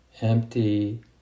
empty